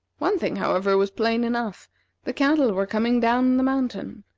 one thing, however, was plain enough the cattle were coming down the mountain.